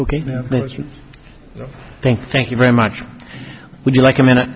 thank thank you very much would you like a minute